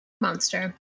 monster